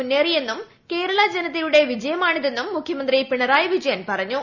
മുന്നേറിയെന്നും കേരള ജനതയുടെ വിജയമാണിതെന്നും മുഖ്യമന്ത്രി പിണറായി വിജയൻ പറഞ്ഞു